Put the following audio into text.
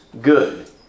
good